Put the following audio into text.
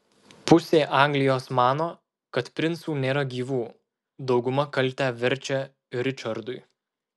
pusė anglijos mano kad princų nėra gyvų dauguma kaltę verčia ričardui